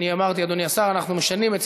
אנחנו,